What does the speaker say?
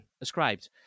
ascribed